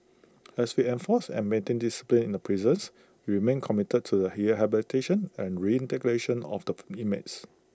as we enforced and maintained discipline in the prisons we remain committed to the here habitation and reintegration of the inmates